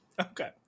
Okay